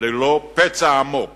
ללא פצע עמוק